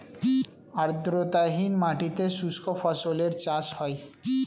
আর্দ্রতাহীন মাটিতে শুষ্ক ফসলের চাষ হয়